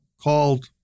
called